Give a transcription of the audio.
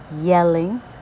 yelling